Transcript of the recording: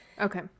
Okay